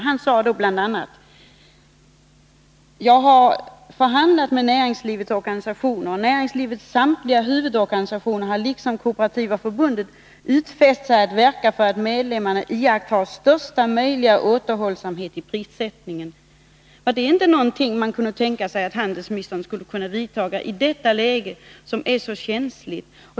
Han sade då bl.a. att han förhandlat med näringslivets organisationer och fortsatte: ”Näringslivets samtliga huvudorganisationer har liksom Kooperativa förbundet utfäst sig att verka för att medlemmarna iakttar största möjliga återhållsamhet i prissättningen.” Vore inte detta någonting som man kunde tänka sig att handelsministern skulle kunna vidta i detta läge som är så känsligt?